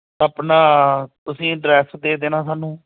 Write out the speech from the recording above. ਆਪਣਾ ਤੁਸੀਂ ਅਡਰੈਸ ਦੇ ਦੇਣਾ ਸਾਨੂੰ